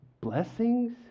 blessings